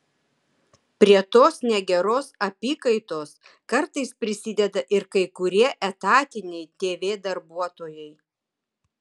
prie tos negeros apykaitos kartais prisideda ir kai kurie etatiniai tv darbuotojai